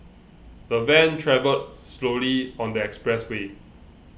the van travelled slowly on the expressway